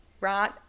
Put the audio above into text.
right